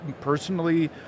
personally